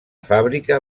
fàbrica